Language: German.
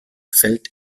fällt